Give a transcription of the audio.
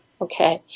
Okay